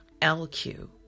LQ